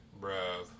bro